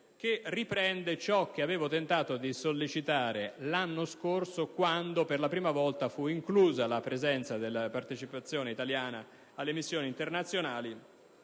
che riprende ciò che avevo tentato di sollecitare l'anno scorso quando, per la prima volta, fu inclusa la partecipazione italiana alle missioni internazionali